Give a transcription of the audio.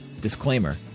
Disclaimer